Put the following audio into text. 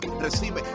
Recibe